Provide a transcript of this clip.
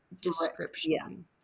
description